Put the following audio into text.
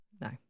No